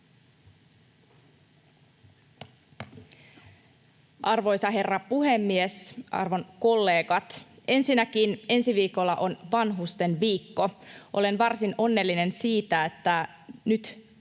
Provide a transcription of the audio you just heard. Arvoisa herra puhemies! Arvon kollegat! Ensinnäkin, ensi viikolla on Vanhustenviikko. Olen varsin onnellinen siitä, että nyt